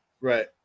Right